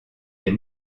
des